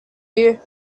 you